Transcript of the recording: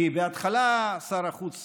כי בהתחלה שר החוץ